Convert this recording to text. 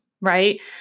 Right